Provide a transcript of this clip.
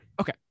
Okay